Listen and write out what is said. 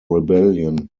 rebellion